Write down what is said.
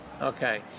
Okay